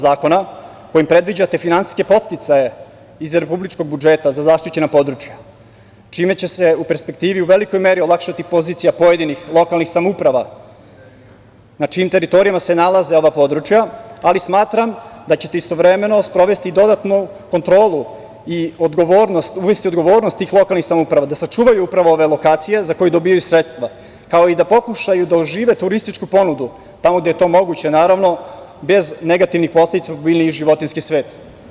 Zakona, kojim predviđate finansijske podsticaje iz republičkog budžeta za zaštićena područja, čime će se, u perspektivi, u velikoj meri olakšati pozicija pojedinih lokalnih samouprava na čijim teritorijama se nalaze ova područja, ali smatram da ćete istovremeno sprovesti dodatnu kontrolu i uvesti odgovornost tih lokalnih samouprava da sačuvaju upravo ove lokacije za koje dobijaju sredstva, kao i da pokušaju da ožive turističku ponudu tamo gde je to moguće, naravno, bez negativnih posledica po biljni i životinjski svet.